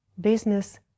business